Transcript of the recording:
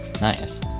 nice